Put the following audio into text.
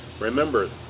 remember